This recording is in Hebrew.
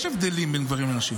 יש הבדלים בין גברים לנשים.